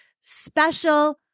special